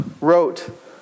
wrote